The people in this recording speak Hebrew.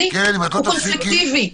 תקשיב שנייה, די, עד כאן.